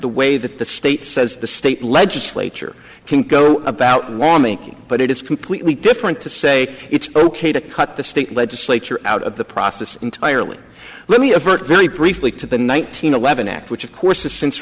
the way that the state says the state legislature can go about warming but it is completely different to say it's ok to cut the state legislature out of the process entirely let me avert very briefly to the nine hundred eleven act which of course the since